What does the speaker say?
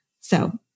So-